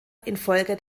infolge